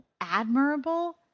admirable